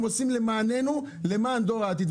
הם עושים למעננו, למען דור העתיד.